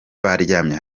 baryamye